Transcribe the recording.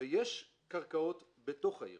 ויש קרקעות בתוך העיר